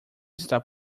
está